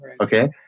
Okay